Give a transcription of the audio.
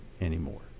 anymore